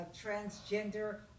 transgender